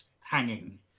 hanging